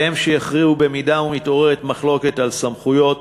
והם שיכריעו אם מתעוררת מחלוקת על סמכויות